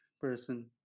person